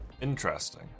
interesting